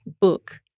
book